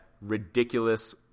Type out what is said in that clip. ridiculous